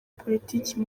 politiki